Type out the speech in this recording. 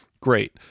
Great